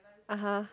(uh huh)